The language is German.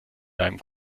deinem